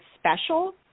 special